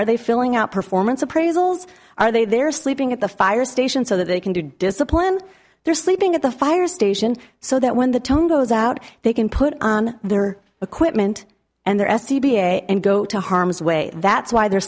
are they filling out performance appraisals are they they're sleeping at the fire station so that they can do discipline their sleeping at the fire station so that when the tone goes out they can put on their equipment and their s e p a and go to harm's way that's why they're